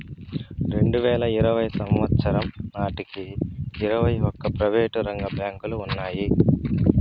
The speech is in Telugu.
రెండువేల ఇరవై సంవచ్చరం నాటికి ఇరవై ఒక్క ప్రైవేటు రంగ బ్యాంకులు ఉన్నాయి